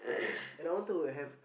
and I wanted to have